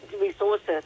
resources